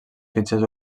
fitxers